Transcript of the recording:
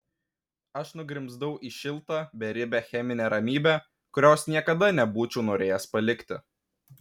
aš nugrimzdau į šiltą beribę cheminę ramybę kurios niekada nebūčiau norėjęs palikti